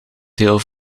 deel